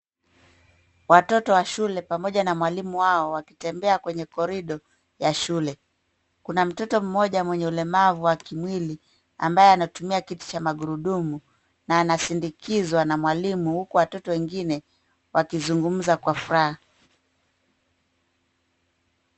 Watoto wa shule pamoja na mwalimu wao wakitembea kwenye korido ya shule. Kuna mtoto mmoja mwenye ulemavu wa kimwili, ambaye anatumia kiti cha magurudumu, na anasindikizwa na mwalimu huku watoto wengine wakizungumza kwa furaha.